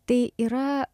tai yra